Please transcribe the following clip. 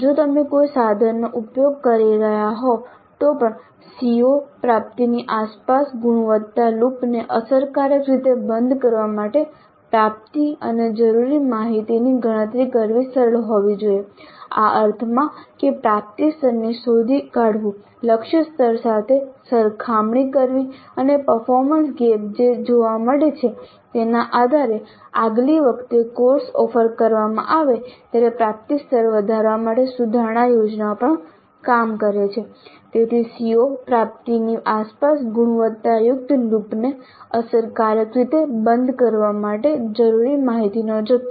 જો તમે કોઈ સાધનનો ઉપયોગ કરી રહ્યા હોવ તો પણ CO પ્રાપ્તિની આસપાસ ગુણવત્તા લૂપને અસરકારક રીતે બંધ કરવા માટે પ્રાપ્તિ અને જરૂરી માહિતીની ગણતરી કરવી સરળ હોવી જોઈએ આ અર્થમાં કે પ્રાપ્તિ સ્તરને શોધી કાઢવું લક્ષ્ય સ્તર સાથે સરખામણી કરવી અને પરફોર્મન્સ ગેપ જે જોવા મળે છે તેના આધારે આગલી વખતે કોર્સ ઓફર કરવામાં આવે ત્યારે પ્રાપ્તિ સ્તર વધારવા માટે સુધારણા યોજનાઓ પર કામ કરે છે તેથી CO પ્રાપ્તિની આસપાસ ગુણવત્તાયુક્ત લૂપને અસરકારક રીતે બંધ કરવા માટે જરૂરી માહિતીનો જથ્થો